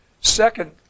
Second